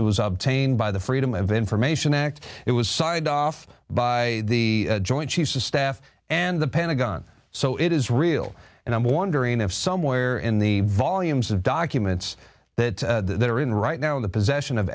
was obtained by the freedom of information act it was signed off by the joint chiefs of staff and the pentagon so it is real and i'm wondering if somewhere in the volumes of documents that they're in right now in the possession of